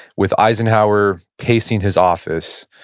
with eisenhower pacing his office,